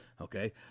Okay